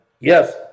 yes